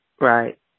Right